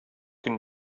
can